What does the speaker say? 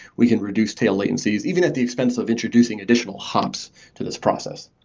we can reduce tail latencies even at the expense of introducing additional hops to this process.